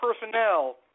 personnel